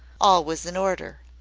all was in order.